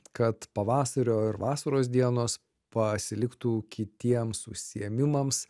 kad pavasario ir vasaros dienos pasiliktų kitiems užsiėmimams